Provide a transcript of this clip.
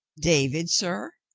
david, sir?